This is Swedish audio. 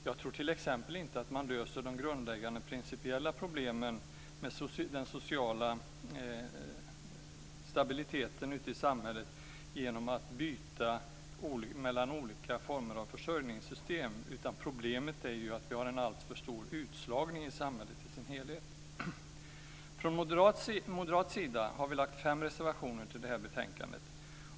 Jag tror t.ex. inte att man löser de grundläggande principiella problemen med den sociala stabiliteten ute i samhället genom att byta mellan olika former av försörjningssystem. Problemet är ju att vi har en alltför stor utslagning i samhället i dess helhet. Vi har från moderat sida lagt fem reservationer till det här betänkandet.